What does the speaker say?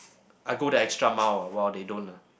I go that extra mile while they don't lah